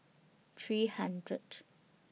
three hundredth